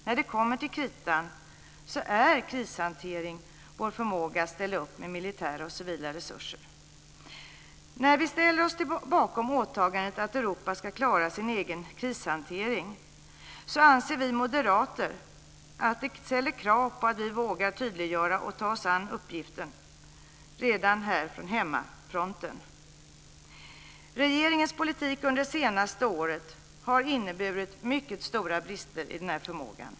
När det kommer till kritan är krishantering vår förmåga att ställa upp med militära och civila resurser. När vi ställer oss bakom åtagandet att Europa ska klara sin egen krishantering anser vi moderater att det ställer krav på att vi vågar tydliggöra och ta oss an uppgiften redan på hemmafronten. Regeringens politik under det senaste året har inneburit mycket stora brister i den förmågan.